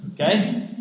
okay